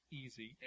easy